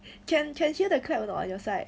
can can hear the clap or not on your side